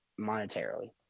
monetarily